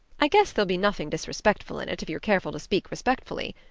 i guess there'll be nothing disrespectful in it if you're careful to speak respectfully.